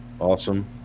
Awesome